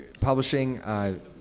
publishing